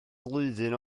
flwyddyn